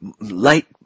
light